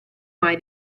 mai